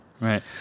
Right